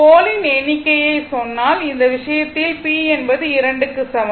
போலின் எண்ணிக்கையை சொன்னால் இந்த விஷயத்தில் p என்பது 2 க்கு சமம்